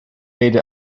made